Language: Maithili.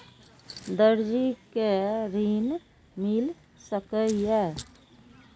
दर्जी कै ऋण मिल सके ये?